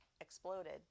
exploded